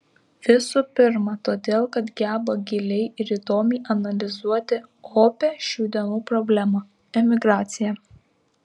visų pirma todėl kad geba giliai ir įdomiai analizuoti opią šių dienų problemą emigraciją